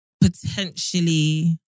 Potentially